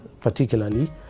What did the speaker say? particularly